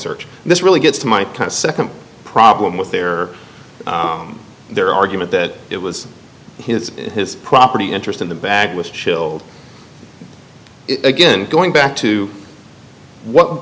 search this really gets to my second problem with their their argument that it was his his property interest in the bag was chilled again going back to what